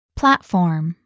platform